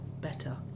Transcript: better